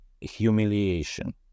humiliation